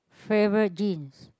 favorite drinks